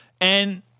and-